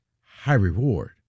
high-reward